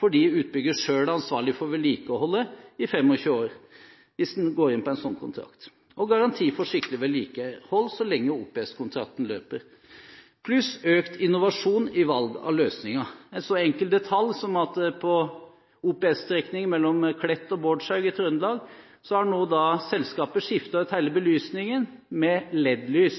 fordi utbyggeren selv er ansvarlig for vedlikeholdet i 25 år, hvis en går inn på en slik kontrakt, garanti for skikkelig vedlikehold så lenge OPS-kontrakten løper, og økt innovasjon i valg av løsninger. En enkel detalj er at på OPS-strekningen mellom Klett og Bårdshaug i Trøndelag har selskapet skiftet ut hele belysningen med LED-lys